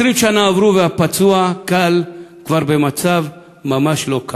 20 שנה עברו, והפצוע קל כבר במצב ממש לא קל,